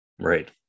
Right